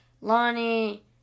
Lonnie